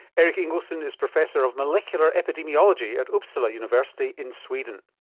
erik ingelsson is professor of molecular epidemiology at uppsala university in sweden.